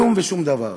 כלום ושום דבר.